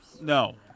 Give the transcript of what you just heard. No